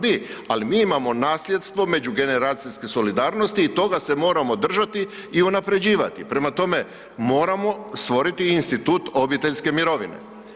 Bi, ali mi imamo nasljedstvo međugeneracijske solidarnosti i toga se moramo držati i unaprjeđivati, prema tome, moramo stvoriti institut obiteljske mirovine.